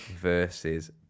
versus